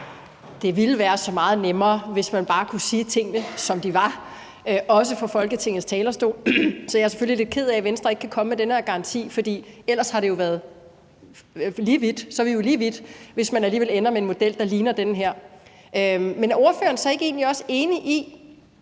Det ville være så meget nemmere, hvis man bare kunne sige tingene, som de var, også fra Folketingets talerstol. Jeg er selvfølgelig lidt ked af, at Venstre ikke kan komme med den her garanti, for ellers er vi jo lige vidt. Vi er jo lige vidt, hvis man alligevel ender med en model, der ligner den her. Men er ordføreren så egentlig ikke også enig i